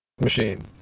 machine